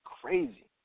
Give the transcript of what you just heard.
crazy